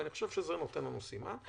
ואני חושב שזה נותן לנו סימן.